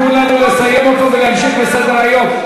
תנו לנו לסיים אותו ולהמשיך בסדר-היום.